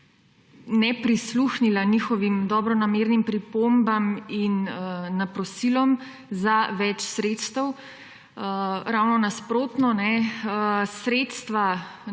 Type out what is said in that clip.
ni prisluhnila njihovim dobronamernim pripombam in naprosilom za več sredstev. Ravno nasprotno, integralna